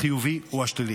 החיובי או השלילי.